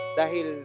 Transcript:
dahil